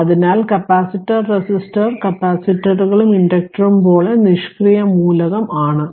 അതിനാൽ capacitor resistor കപ്പാസിറ്ററുകളും ഇൻഡക്ടറുകളും പോലെ നിഷ്ക്രിയ മൂലകം ആണ്